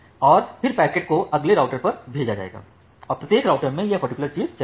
और फिर पैकेट को अगले राउटर पर भेजा जाएगा और प्रत्येक राउटर में यह पर्टिकुलर चीज चलेगी